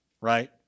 right